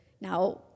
Now